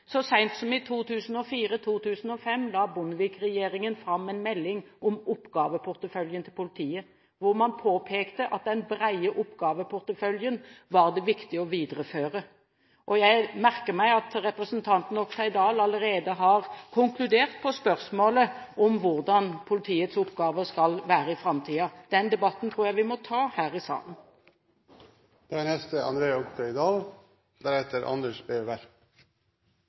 Så sent som i 2004–2005 la Bondevik-regjeringen fram en melding om oppgaveporteføljen til politiet, hvor man påpekte at den brede oppgaveporteføljen var det viktig å videreføre. Jeg merker meg at representanten Oktay Dahl allerede har konkludert på spørsmålet om hvordan politiets oppgaver skal være i framtiden. Den debatten tror jeg vi må ta her i salen. Representanten Oktay Dahl har ikke konkludert på hvilke oppgaver det er.